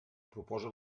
proposa